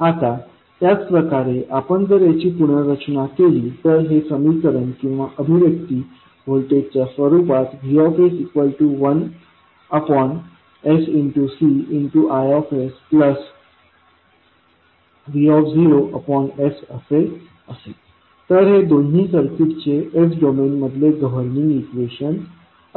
आता त्याच प्रकारे आपण जर याची पुनर्रचना केली तर हे समीकरण किंवा अभिव्यक्ती व्होल्टेजच्या स्वरूपात Vs1sCIsvs असे असेल तर हे दोन्ही कॅपेसिटरचे s डोमेन मधले गव्हर्निंग इक्वेशन असतील